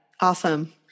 Awesome